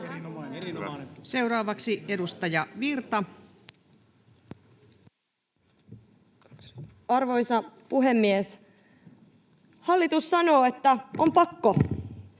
Seuraavaksi edustaja Virta. Arvoisa puhemies! Hallitus sanoo, että on pakko.